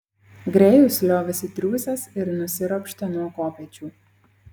grėjus liovėsi triūsęs ir nusiropštė nuo kopėčių